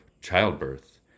childbirth